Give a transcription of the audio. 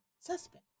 suspect